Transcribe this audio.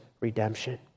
redemption